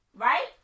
right